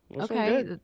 okay